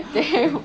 damn